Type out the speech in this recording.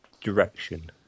direction